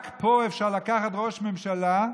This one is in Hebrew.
רק פה אפשר לקחת ראש ממשלה,